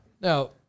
now